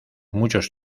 muchos